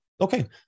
okay